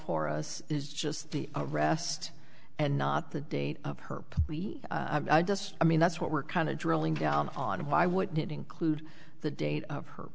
for us is just the arrest and not the date of her i just i mean that's what we're kind of drilling down on why wouldn't it include the date of her